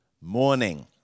morning